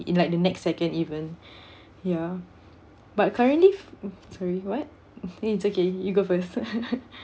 in like the next second even ya but currently f~ mm sorry what it's okay you go first